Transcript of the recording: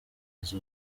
zose